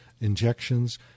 injections